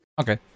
Okay